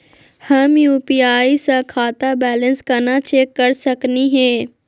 हम यू.पी.आई स खाता बैलेंस कना चेक कर सकनी हे?